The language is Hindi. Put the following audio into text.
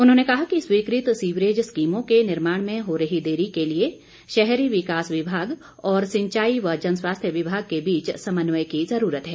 उन्होंने कहा कि स्वीकृत सीवरेज स्कीमों के निर्माण में हो रही देरी के लिए शहरी विकास विभाग और सिंचाई व जनस्वास्थ्य विभाग के बीच समन्वय की जरूरत है